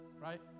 Right